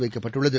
வைக்கப்பட்டுள்ளது